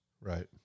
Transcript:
Right